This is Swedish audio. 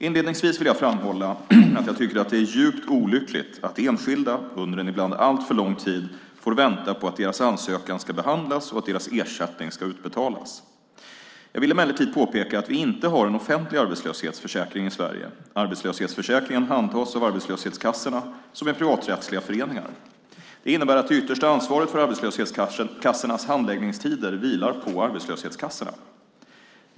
Inledningsvis vill jag framhålla att jag tycker att det är djupt olyckligt att enskilda, under en ibland alltför lång tid, får vänta på att deras ansökan ska behandlas och att deras ersättning ska utbetalas. Jag vill emellertid påpeka att vi inte har en offentlig arbetslöshetsförsäkring i Sverige. Arbetslöshetsförsäkringen handhas av arbetslöshetskassorna som är privaträttsliga föreningar. Det innebär att det yttersta ansvaret för arbetslöshetskassornas handläggningstider vilar på arbetslöshetskassorna.